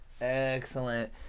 Excellent